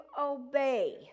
obey